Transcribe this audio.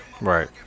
Right